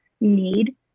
need